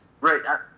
right